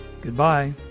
Goodbye